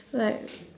like